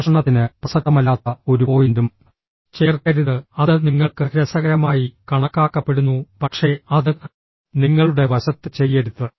സംഭാഷണത്തിന് പ്രസക്തമല്ലാത്ത ഒരു പോയിന്റും ചേർക്കരുത് അത് നിങ്ങൾക്ക് രസകരമായി കണക്കാക്കപ്പെടുന്നു പക്ഷേ അത് നിങ്ങളുടെ വശത്ത് ചെയ്യരുത്